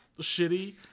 Shitty